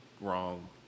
wrong